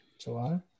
July